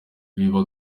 biba